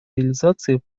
реализации